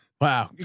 Wow